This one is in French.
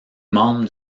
membre